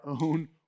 own